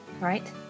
right